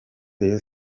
rayon